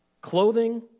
Clothing